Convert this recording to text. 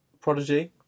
Prodigy